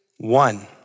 One